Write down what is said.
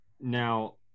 Now